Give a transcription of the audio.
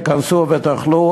תיכנסו ותאכלו,